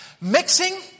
Mixing